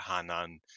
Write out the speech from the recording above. Hanan